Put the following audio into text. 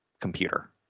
computer